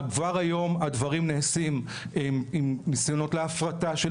כבר היום הדברים נעשים עם ניסיונות להפרטה של